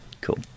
Cool